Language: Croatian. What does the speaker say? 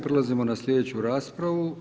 Prelazimo na sljedeću raspravu.